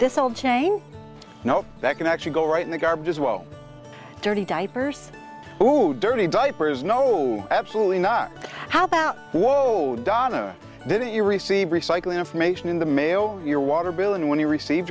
this whole chain no that can actually go right in the garbage is well dirty diapers who dirty diapers no absolutely not how about whoa donna didn't you receive recycle information in the mail your water bill and when you received